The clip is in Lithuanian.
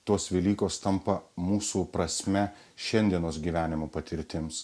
tos velykos tampa mūsų prasme šiandienos gyvenimo patirtims